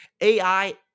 AI